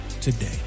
today